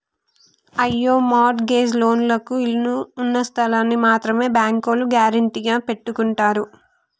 అయ్యో mortgage లోన్లకు ఇళ్ళు ఉన్నస్థలాల్ని మాత్రమే బ్యాంకోల్లు గ్యారెంటీగా పెట్టుకుంటారు